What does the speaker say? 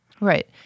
Right